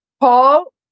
Paul